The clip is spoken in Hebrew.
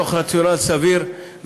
תוך רציונל סביר,